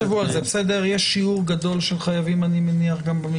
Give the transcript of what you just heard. אני מניח שיש שיעור גדול של חייבים במגזר.